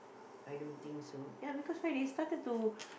I don't think so ya because why they started to